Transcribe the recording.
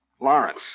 Lawrence